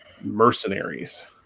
mercenaries